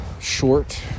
short